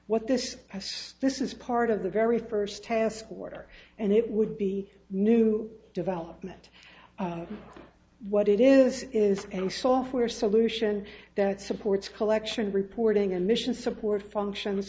what this has this is part of the very first task order and it would be a new development what it is is a software solution that supports collection reporting and mission support functions